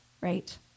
right